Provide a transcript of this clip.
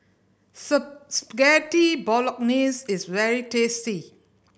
Spaghetti Bolognese is very tasty